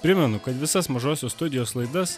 primenu kad visas mažosios studijos laidas